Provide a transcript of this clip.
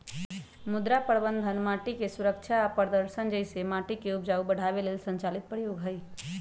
मृदा प्रबन्धन माटिके सुरक्षा आ प्रदर्शन जइसे माटिके उपजाऊ बढ़ाबे लेल संचालित प्रयोग हई